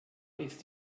ist